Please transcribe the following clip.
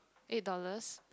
eight dollars